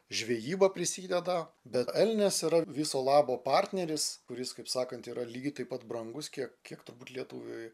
žvejyba prisideda bet elnias yra viso labo partneris kuris kaip sakant yra lygiai taip pat brangus kiek kiek turbūt lietuviui